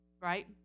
right